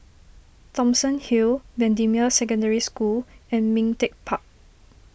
Thomson Hill Bendemeer Secondary School and Ming Teck Park